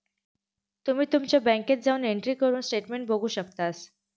तुम्ही तुमच्या बँकेत जाऊन एंट्री करून स्टेटमेंट बघू शकतास